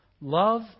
Love